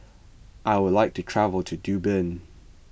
I would like to travel to Dublin